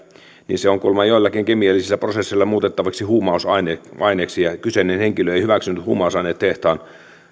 on kuulemma joillakin kemiallisilla prosesseilla muutettavissa huumausaineeksi niin kyseinen henkilö ei hyväksynyt huumausainetehtaan